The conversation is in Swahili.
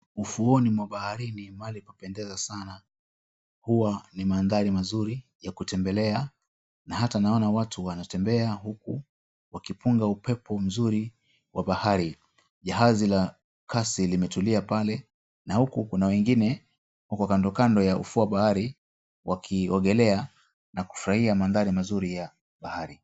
Ufuoni mwa baharini mahali papendeza sana huwa ni mandhari mazuri ya kutembelea na hata naona watu wanatembea huku wakipunga upepo mzuri wa bahari. Jahazi la kasi limetulia pale na huku kuna wengine wako kandokando ya ufuo wa bahari wakiogelea na kufurahia mandhari mazuri ya bahari.